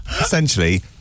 essentially